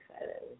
excited